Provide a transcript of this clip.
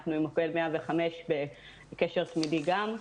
אנחנו עם מוקד 105 בקשר תמידי גם,